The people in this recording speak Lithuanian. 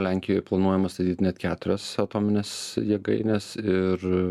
lenkijoje planuojama statyt net keturias atomines jėgaines ir